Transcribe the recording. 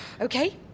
Okay